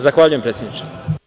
Zahvaljujem, predsedniče.